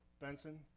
Benson